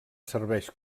serveix